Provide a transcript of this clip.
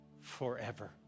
forever